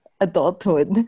adulthood